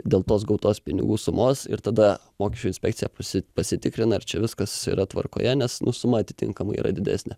dėl tos gautos pinigų sumos ir tada mokesčių inspekcija pasi pasitikrina ar čia viskas yra tvarkoje nes nu suma atitinkamai yra didesnė